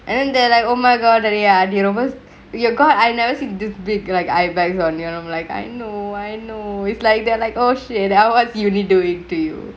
and they're like oh my god the the universe your god I never see the big like eye bags on your room like I know I know we've like they're like oh shit out what's usually do it to you